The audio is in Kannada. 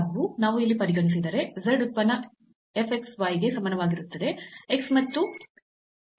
ನಾವು ಇಲ್ಲಿ ಪರಿಗಣಿಸಿದರೆ z ಉತ್ಪನ್ನ f x y ಗೆ ಸಮಾನವಾಗಿರುತ್ತದೆ